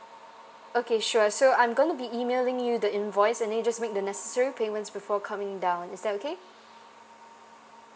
okay sure so I'm going to be emailing you the invoice and then you just make the necessary payments before coming down is that okay